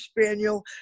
spaniel